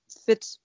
fit